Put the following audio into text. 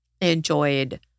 enjoyed